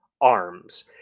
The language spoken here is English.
arms